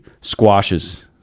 squashes